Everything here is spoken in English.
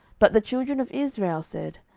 but the children of israel said,